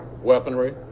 weaponry